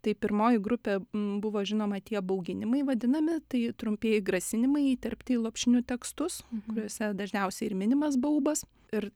tai pirmoji grupė buvo žinoma tie bauginimai vadinami tai trumpieji grasinimai įterpti į lopšinių tekstus kuriuose dažniausiai ir minimas baubas ir